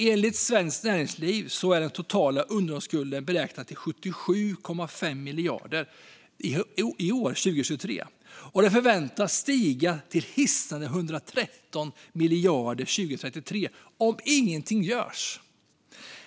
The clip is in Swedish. Enligt Svenskt Näringsliv är den totala underhållsskulden beräknad till 77,5 miljarder i år, och den förväntas stiga till hisnande 113 miljarder 2033 om ingenting görs.